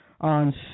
on